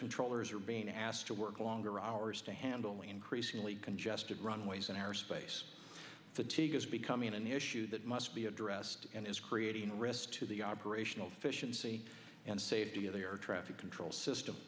controllers are being asked to work longer hours to handle increasingly congested runways and airspace fatigue is becoming an issue that must be addressed and is creating a risk to the operational efficiency and safety of the air traffic control system